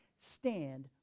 stand